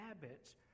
habits